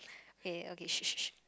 eh okay